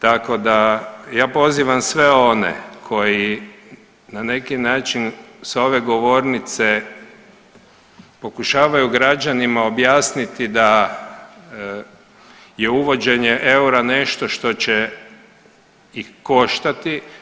Tako da ja pozivam sve one koji na neki način sa ove govornice pokušavaju građanima objasniti da je uvođenje eura nešto što će ih koštati.